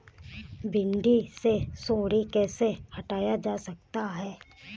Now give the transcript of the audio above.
भिंडी से सुंडी कैसे हटाया जा सकता है?